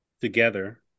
together